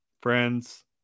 friends